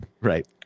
Right